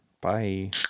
Bye